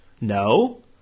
No